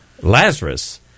Lazarus